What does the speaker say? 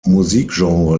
musikgenre